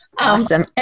Awesome